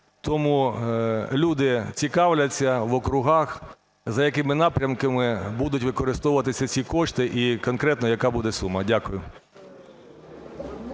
Тому люди цікавляться в округах, за якими напрямками будуть використовуватися ці кошти і конкретно, яка буде сума. Дякую.